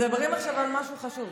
מדברים עכשיו על משהו חשוב.